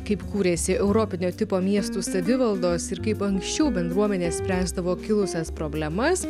kaip kūrėsi europinio tipo miestų savivaldos ir kaip anksčiau bendruomenė spręsdavo kilusias problemas